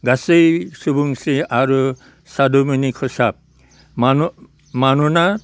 गासै सुबुंस्रि आरो सादुमनि खसाब मानोना